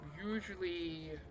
Usually